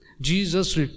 Jesus